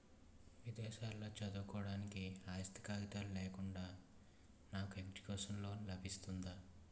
విదేశాలలో చదువుకోవడానికి ఆస్తి కాగితాలు లేకుండా నాకు ఎడ్యుకేషన్ లోన్ లబిస్తుందా?